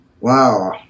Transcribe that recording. wow